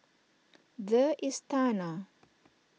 the Istana